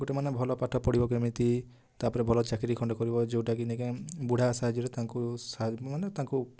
ଗୋଟେ ମାନେ ଭଲ ପାଠ ପଢ଼ିଵ କେମିତି ତା'ପରେ ଭଲ ଚାକିରୀ ଖଣ୍ଡେ କରିବ ଯେଉଁଟା କି ନେଇକି ବୁଢ଼ା ସାହାଯ୍ୟରେ ତାଙ୍କୁ ମାନେ ତାଙ୍କୁ